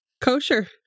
kosher